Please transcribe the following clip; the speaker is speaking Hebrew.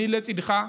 אני לצידך,